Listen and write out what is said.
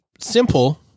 simple